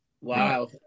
Wow